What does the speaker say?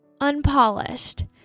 unpolished